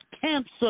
cancer